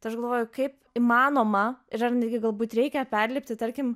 tai aš galvoju kaip įmanoma ir ar netgi galbūt reikia perlipti tarkim